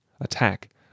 Attack